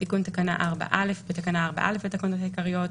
תיקון תקנה 4א בתקנה 4א לתקנות העיקריות,